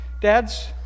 Dads